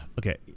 Okay